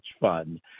fun